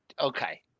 Okay